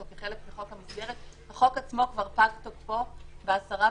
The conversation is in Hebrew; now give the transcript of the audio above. כחלק מחוק המסגרת החוק עצמו כבר פג תוקפו ב-10 באוגוסט.